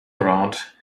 around